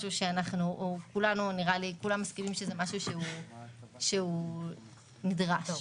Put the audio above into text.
משהו שכולנו מסכימים שהוא נדרש.